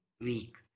week